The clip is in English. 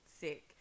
sick